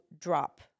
drop